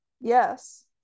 Yes